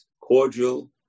cordial